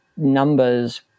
numbers